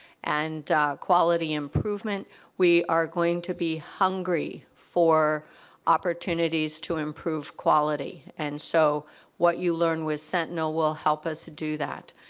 and the quality improvement we are going to be hungry for opportunities to improve quality. and so what you learn with sentinel will help us to do that.